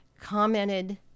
commented